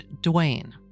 Duane